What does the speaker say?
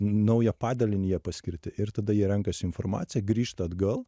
naują padalinį jie paskirti ir tada jie renkas informaciją grįžta atgal